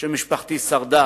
שמשפחתי שרדה